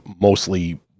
mostly